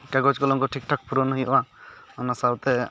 ᱠᱟᱜᱚᱡᱽ ᱠᱚᱞᱚᱢ ᱠᱚ ᱴᱷᱤᱠ ᱴᱷᱟᱠ ᱯᱩᱨᱚᱱ ᱦᱩᱭᱩᱜᱼᱟ ᱚᱱᱟ ᱥᱟᱶᱛᱮ